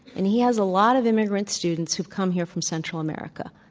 and he has a lot of immigrant students who come here from central america.